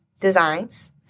designs